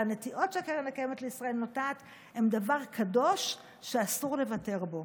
והנטיעות שהקרן הקיימת לישראל נוטעת הם דבר קדוש שאסור לוותר בו.